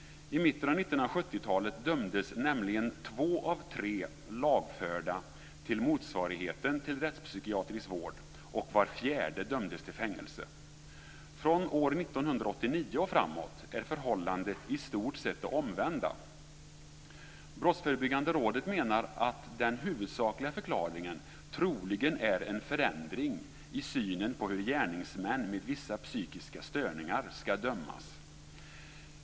I mitten av 1970-talet dömdes nämligen två av tre lagförda till motsvarigheten till rättspsykiatrisk vård och var fjärde dömdes till fängelse. Från år 1989 och framåt är förhållandet i stort sett det omvända. Brottsförebyggande rådet menar att den huvudsakliga förklaringen troligen är en förändring i synen på hur gärningsmän med vissa psykiska störningar skall dömas.